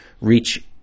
reach